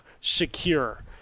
secure